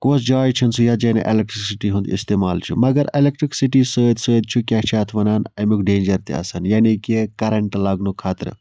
کۄس جاے چھنہٕ یَتھ جایہِ چھنہٕ اٮ۪لیکٹرکسٹی ہُند اِٮستعمال چھُ مَگر اٮ۪لیکٹرکسٹی سۭتۍ سۭتۍ چھُ اَمیُک ڈینجَر تہِ آسان یعنے کہِ کَرَنٹ لَگنُک خطرٕ